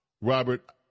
Robert